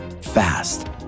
fast